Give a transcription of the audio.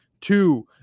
Two